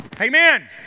amen